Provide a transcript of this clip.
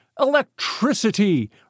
Electricity